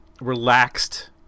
relaxed